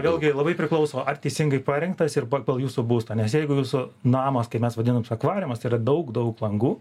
vėlgi labai priklauso ar teisingai parinktas ir pagal jūsų būstą nes jeigu jūsų namas kaip mes vadinamas akvariumas yra daug daug langų